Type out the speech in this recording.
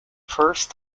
first